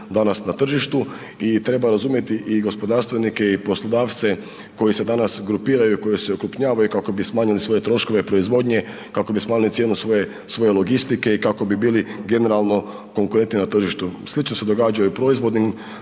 danas na tržištu i treba razumjeti i gospodarstvenike i poslodavce koji se danas grupiraju, koji se okrupnjavaju kako bi smanjili svoje troškove proizvodnje, kako bi smanjili cijenu svoje, svoje logistike i kako bi bili generalno konkurentni na tržištu. Slično se događa i u proizvodnim